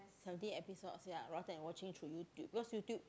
seventeen episodes ya rather than watching through YouTube because YouTube